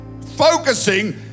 Focusing